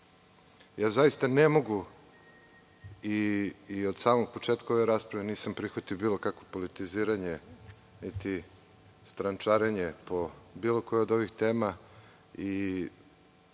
sistema. Zaista ne mogu i od samog početka ove rasprave nisam prihvatio bilo kakvo politiziranje niti strančarenje po bilo kojoj od ovih tema.